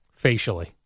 Facially